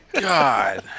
God